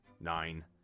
nine